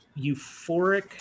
euphoric